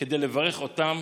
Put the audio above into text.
כדי לברך אותם